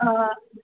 अं